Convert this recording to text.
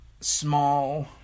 small